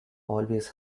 always